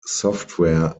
software